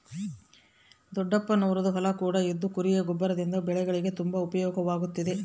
ದೊಡ್ಡಪ್ಪನವರದ್ದು ಹೊಲ ಕೂಡ ಇದ್ದು ಕುರಿಯ ಗೊಬ್ಬರದಿಂದ ಬೆಳೆಗಳಿಗೆ ತುಂಬಾ ಉಪಯೋಗವಾಗುತ್ತಿದೆ